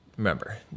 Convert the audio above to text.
Remember